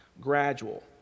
Gradual